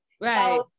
right